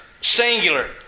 Singular